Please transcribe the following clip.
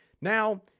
Now